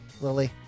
Lily